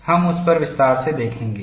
हम उस पर विस्तार से देखेंगे